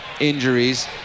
injuries